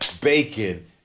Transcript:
bacon